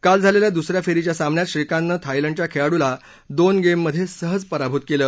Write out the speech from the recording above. काल झालेल्या दुसऱ्या फेरीच्या सामन्यात श्रीकांतनं थायलंडच्या खेळाडूला दोन गेममध्ये सहज पराभूत केलं